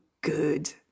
good